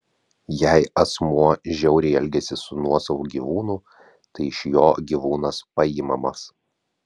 jei asmuo žiauriai elgiasi su nuosavu gyvūnu tai iš jo gyvūnas paimamas